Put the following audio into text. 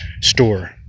store